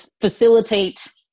facilitate